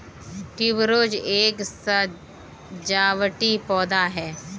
tuberose एक सजावटी पौधा है